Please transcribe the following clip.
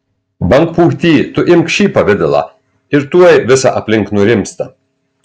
bangpūty tu imk šį pavidalą ir tuoj visa aplink nurimsta